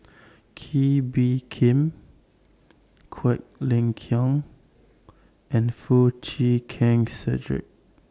Kee Bee Khim Quek Ling Kiong and Foo Chee Keng Cedric